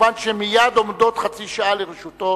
מובן שמייד עומדת חצי שעה לרשותו